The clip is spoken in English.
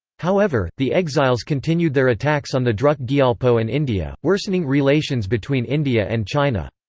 however, the exiles continued their attacks on the druk gyalpo and india, worsening relations between india and china.